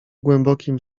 głębokim